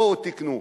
בואו תקנו.